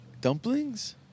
Dumplings